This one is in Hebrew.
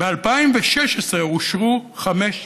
ב-2016 אושרו חמש בקשות,